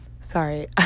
Sorry